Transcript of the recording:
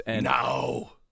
No